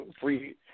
free